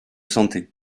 santé